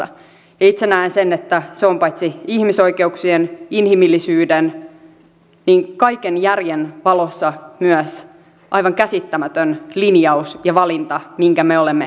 itse näen että se on paitsi ihmisoikeuksien inhimillisyyden myös kaiken järjen valossa aivan käsittämätön linjaus ja valinta minkä me olemme tekemässä